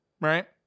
Right